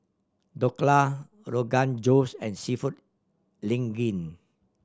Dhokla Rogan Josh and Seafood Linguine